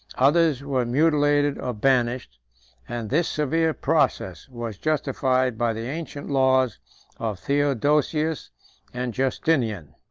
others were mutilated or banished and this severe process was justified by the ancient laws of theodosius and justinian.